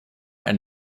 and